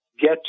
get